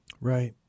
Right